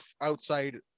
outside